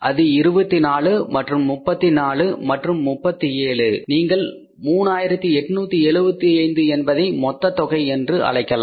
அது 24 மற்றும் 34 மற்றும் அது 37 நீங்கள் 3875 என்பதை மொத்தத் தொகை என்று அழைக்கலாம்